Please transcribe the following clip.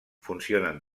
funcionen